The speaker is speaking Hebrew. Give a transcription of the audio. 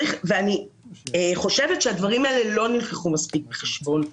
אני חושבת שהדברים האלה לא נלקחו מספיק בחשבון.